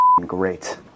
great